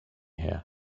here